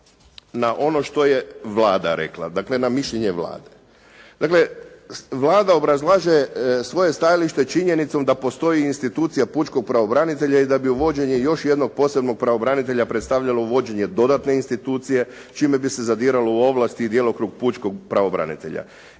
na ono što je Vlada Rekla, dakle na mišljenje Vlade. Dakle Vlada obrazlaže svoje stajalište činjenicom da postoji institucija pučkog pravobranitelja i da bi uvođenje još jednog posebnog pravobranitelja predstavljalo uvođenje dodatne institucije čime bi se zadiralo u ovlasti i djelokrug pučkog pravobranitelja.